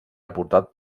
aportat